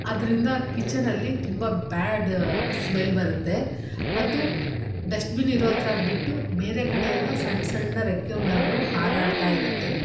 ಅದರಿಂದ ಕಿಚನಲ್ಲಿ ತುಂಬ ಬ್ಯಾಡ್ ಸ್ಮೆಲ್ ಬರುತ್ತೆ ಮತ್ತು ಡಸ್ಟ್ಬಿನ್ ಇರೋಹತ್ರ ಬಿಟ್ಟು ಬೇರೆ ಕಡೆ ಎಲ್ಲ ಸಣ್ಣ ಸಣ್ಣ ರೆಕ್ಕೆ ಹುಳಗಳು ಹಾರಾಡ್ತಾ ಇರುತ್ತೆ